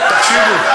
תקשיבו.